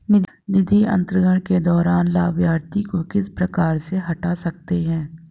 निधि अंतरण के दौरान लाभार्थी को किस प्रकार से हटा सकते हैं?